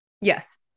Yes